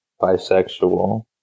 bisexual